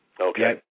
Okay